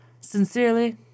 Sincerely